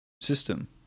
system